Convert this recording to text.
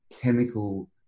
chemical